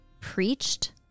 preached